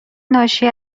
ناشی